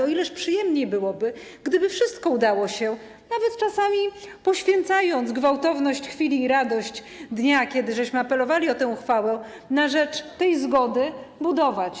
O ileż przyjemniej byłoby, gdyby wszystko udało się, nawet czasami poświęcając gwałtowność chwili, radość dnia, kiedy żeśmy apelowali o tę uchwałę, na rzecz tej zgody budować.